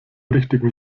richtigen